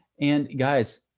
and guys,